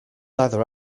either